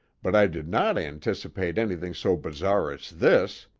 but i did not anticipate anything so bizarre as this!